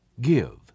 Give